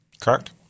Correct